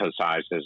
emphasizes